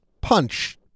punch